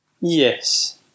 Yes